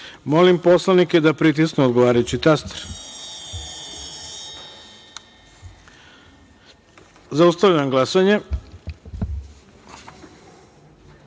poslanike da pritisnu odgovarajući taster. Zaustavljam glasanje: